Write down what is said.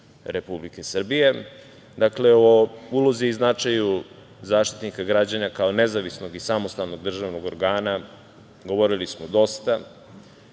Republike Srbije. Dakle, o ulozi i značaju Zaštitnika građana kao nezavisnog i samostalnog državnog organa govorili smo dosta,